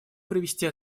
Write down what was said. провести